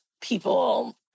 people